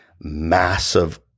massive